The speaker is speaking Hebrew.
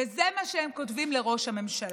וזה מה שהם כותבים לראש הממשלה: